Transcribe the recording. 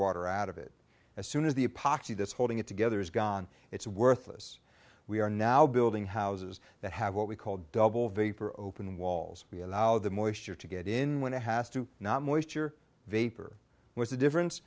water out of it as soon as the poxy that's holding it together is gone it's worthless we are now building houses that have what we call double vapor open walls we allow the moisture to get in when it has to not moisture vapor was the difference